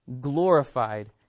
glorified